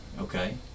okay